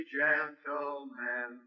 gentlemen